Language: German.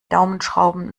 daumenschrauben